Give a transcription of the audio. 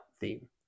theme